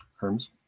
Herms